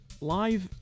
Live